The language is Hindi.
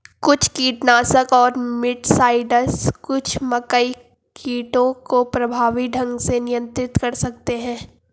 कुछ कीटनाशक और मिटसाइड्स कुछ मकई कीटों को प्रभावी ढंग से नियंत्रित कर सकते हैं